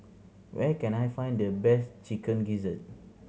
where can I find the best Chicken Gizzard